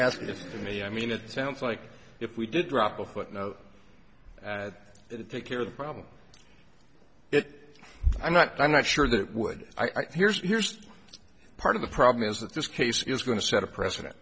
asking if me i mean it sounds like if we did drop a footnote at it take care of the problem it i'm not i'm not sure that it would i fear here's part of the problem is that this case is going to set a precedent